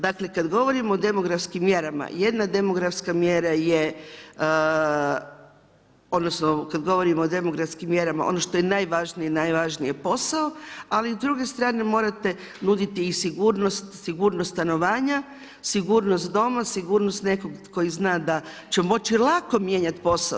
Dakle, kad govorimo o demografskim mjerama, jedna demografska mjera je, odnosno, kad govorimo o demografskim mjerama, ono što je najvažnije, najvažniji je posao, ali s druge strane morate nuditi i sigurnost, sigurnost stanovanja, sigurnost doma, sigurnost nekog koji zna da će moći lako mijenjati posao.